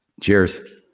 Cheers